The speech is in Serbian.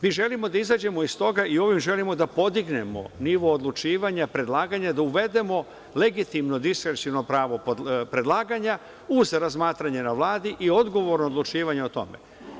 Mi želimo da izađemo iz toga i ovim želimo da podignemo nivo odlučivanja predlaganja, da uvedemo legitimno diskreciono pravo predlaganja uz razmatranje na Vladi i odgovorno odlučivanje o tome.